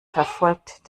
verfolgt